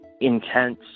intense